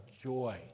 joy